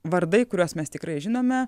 vardai kuriuos mes tikrai žinome